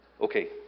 Okay